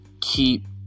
keep